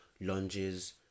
lunges